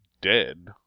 dead